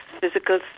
physical